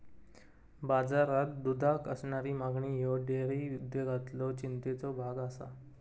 बाजारात दुधाक असणारी मागणी ह्यो डेअरी उद्योगातलो चिंतेचो भाग आसा